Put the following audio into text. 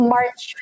March